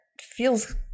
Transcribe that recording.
feels